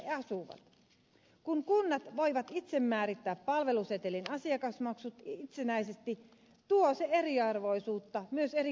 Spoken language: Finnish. kun kunnat voivat itse määrittää palvelusetelin asiakasmaksut itsenäisesti tuo se eriarvoisuutta myös kuntalaisten välille